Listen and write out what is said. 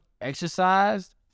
exercised